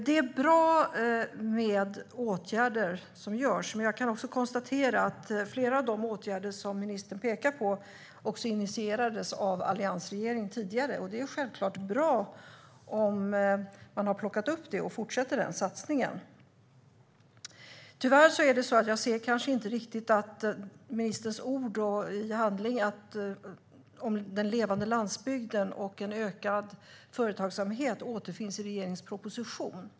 Det är bra att åtgärder vidtas, men jag konstaterar att flera av de åtgärder som ministern pekar på också initierades av den tidigare alliansregeringen. Det är självklart bra om den satsningen fortsätter. Tyvärr hör jag inte ministern säga något om, ser inte i hans handlingar och kan inte återfinna i regeringens proposition frågan om den levande landsbygden och en ökad företagsamhet.